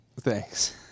Thanks